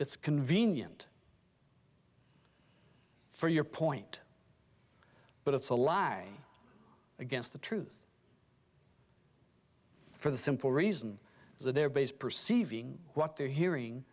it's convenient for your point but it's a lie against the truth for the simple reason that their base perceiving what they're hearing